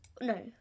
no